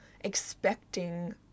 expecting